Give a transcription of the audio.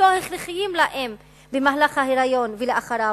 ההכרחיים לאם במהלך ההיריון ולאחריו.